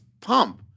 pump